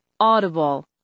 Audible